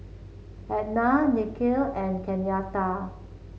Etna Nikhil and Kenyatta